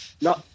No